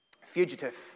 fugitive